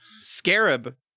Scarab